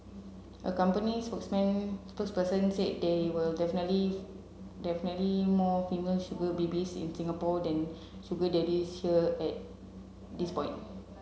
a company spokesman spokesperson said there were definitely definitely more female sugar babies in Singapore than sugar daddies here at this point